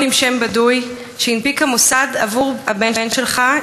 עם שם בדוי שהנפיק המוסד עבור הבן שלך,